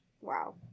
Wow